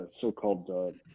so-called